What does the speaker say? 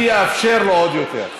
אני אאפשר לו עוד יותר.